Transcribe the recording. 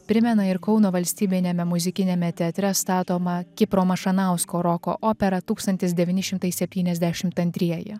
primena ir kauno valstybiniame muzikiniame teatre statoma kipro mašanausko roko opera tūkstantis devyni šimtai septyniasdešimt antrieji